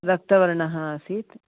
रक्तवर्णः आसीत्